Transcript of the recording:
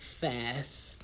fast